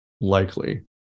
likely